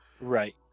Right